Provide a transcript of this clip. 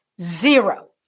zero